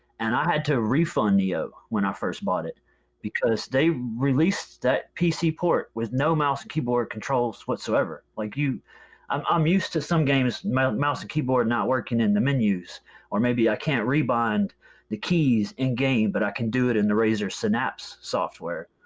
and i had to refund neo when i first bought it because they released that pc port with no mouse keyboard controls whatsoever. like i'm um um used to some games mouse mouse and keyboard not working in the menus or maybe i can't rebind the keys in-game but i can do it in the razer synapse software,